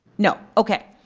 no, okay.